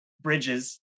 bridges